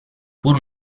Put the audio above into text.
pur